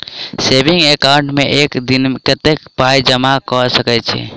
Saving account मे एक दिनमे कतेक पाई जमा कऽ सकैत छी?